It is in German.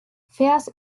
vers